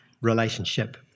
relationship